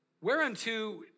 Whereunto